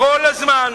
כל הזמן